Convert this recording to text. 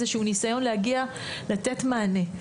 איזשהו ניסיון להגיע לתת מענה,